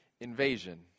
invasion